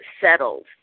settled